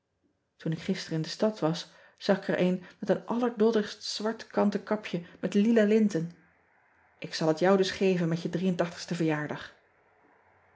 oen ik gisteren in de stad was zag ik er een met een allerdoddigst zwart kanten kapje met lila linten k zal het jou dus geven met je